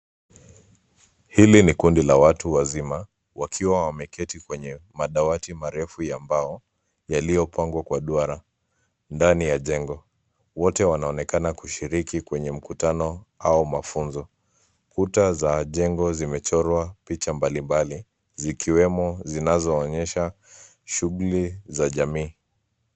Hili ni kundi la watu wazima wakiwa wameketi kwenye madawati marefu ya mbao yaliyopangwa kwa duara ndani ya jengo. Wote wanaonekana kushiriki kwenye mkutano au mafunzo. Kuta za jengo zimechorwa picha mbalimbali zikiwemo zinazoonyesha shughuli za jamii.